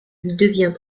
devient